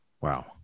Wow